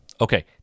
Okay